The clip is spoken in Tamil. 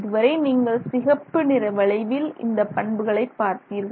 இதுவரை நீங்கள் சிகப்பு நிற வளைவில் இந்த பண்புகள் பார்த்தீர்கள்